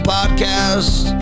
Podcast